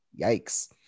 yikes